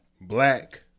Black